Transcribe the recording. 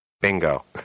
Bingo